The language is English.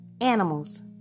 Animals